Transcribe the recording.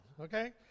okay